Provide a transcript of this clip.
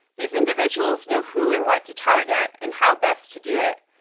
these individuals know who and what to target, and how best to do it.